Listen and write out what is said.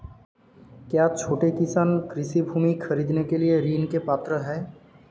क्या छोटे किसान कृषि भूमि खरीदने के लिए ऋण के पात्र हैं?